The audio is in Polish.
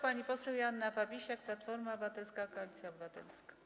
Pani poseł Joanna Fabisiak, Platforma Obywatelska - Koalicja Obywatelska.